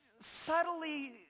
subtly